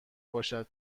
باشد